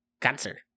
cancer